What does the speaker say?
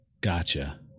Gotcha